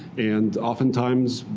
and oftentimes,